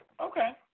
Okay